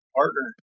partner